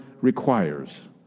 requires